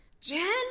Jen